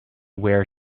where